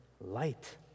light